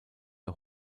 der